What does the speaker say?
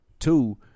Two